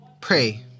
pray